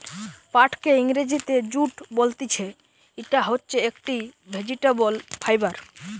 পাটকে ইংরেজিতে জুট বলতিছে, ইটা হচ্ছে একটি ভেজিটেবল ফাইবার